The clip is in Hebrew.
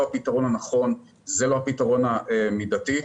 הוא לא הפתרון הנכון ולא הפתרון המידתי.